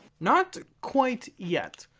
not quite yet.